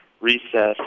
Recess